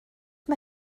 mae